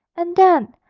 and then,